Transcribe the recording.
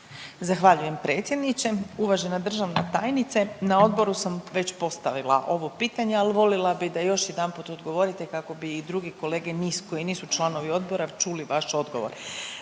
Zahvaljujem predsjedniče. Uvažena državna tajnice. Na odboru sam već postavila ovo pitanje, ali volila bi da još jedanput odgovorite kako bi i drugi kolege, koji su članovi odbora, čuli vaš odgovor.